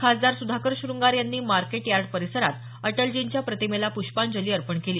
खासदार सुधाकर शुंगारे यांनी market yard परिसरात अटलजींच्या प्रतिमेला पुष्पांजली अपंण केली